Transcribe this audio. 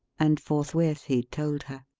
and forthwith he told her.